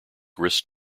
risked